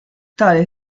tale